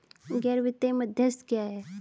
गैर वित्तीय मध्यस्थ क्या हैं?